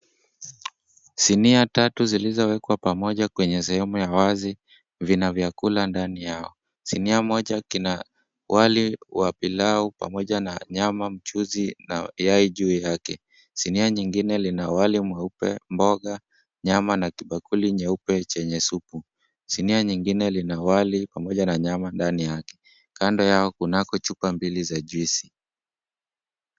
Sinia tatu zilizowekwa pamoja kwenye sehemu ya wazi, vina vyakula ndani yao. Sinia moja kina wali wa pilau pamoja na nyama, mchuzi na yai juu yake. Sinia nyingine lina wali mweupe, mboga nyama na kibakuli nyeupe chenye supu. Sinia nyingine lina wali pamoja na nyama ndani yake. Kando yao kunako chupa mbili za juici .